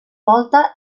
volta